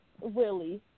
Willie